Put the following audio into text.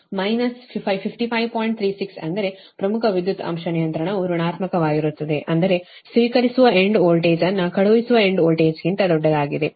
36 ಅಂದರೆ ಪ್ರಮುಖ ವಿದ್ಯುತ್ ಅಂಶ ನಿಯಂತ್ರಣವು ಋಣಾತ್ಮಕವಾಗಿರುತ್ತದೆ ಅಂದರೆ ಸ್ವೀಕರಿಸುವ ಎಂಡ್ ವೋಲ್ಟೇಜ್ ಅನ್ನು ಕಳುಹಿಸುವ ಎಂಡ್ ವೋಲ್ಟೇಜ್ಗಿಂತ ದೊಡ್ಡದಾಗಿದೆ